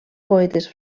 poetes